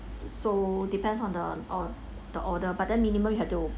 so depends on the o~ the order but then minimum you have to